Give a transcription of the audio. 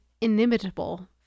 inimitable